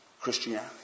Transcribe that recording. Christianity